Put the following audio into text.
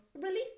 Release